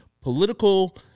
political